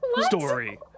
Story